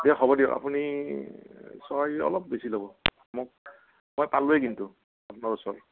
দিয়ক হ'ব দিয়ক আপুনি ছয় অলপ বেছি ল'ব মোক মই পালোৱে কিন্তু আপোনাৰ ওচৰ